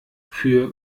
für